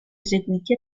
eseguiti